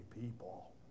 people